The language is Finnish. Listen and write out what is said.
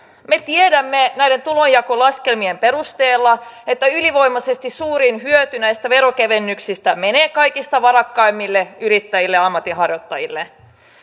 me tiedämme näiden tulonjakolaskelmien perusteella että ylivoimaisesti suurin hyöty näistä verokevennyksistä menee kaikista varakkaimmille yrittäjille ja ammatinharjoittajille